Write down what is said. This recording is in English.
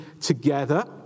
together